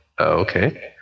Okay